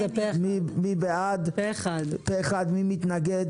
מי מתנגד?